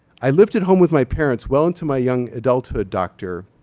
i lived at home with my parents well into my young adulthood, doctor.